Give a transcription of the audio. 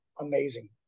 amazing